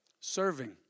serving